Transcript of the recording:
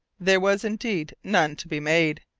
there was, indeed, none to be made,